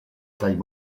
taille